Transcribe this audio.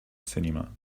cinema